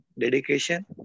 dedication